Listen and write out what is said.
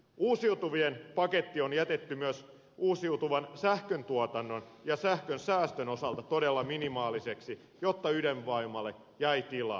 uusiutuvien paketti on jätetty myös uusiutuvan sähköntuotannon ja sähkön säästön osalta todella minimaaliseksi jotta ydinvoimalle jäi tilaa